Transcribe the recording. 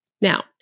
Now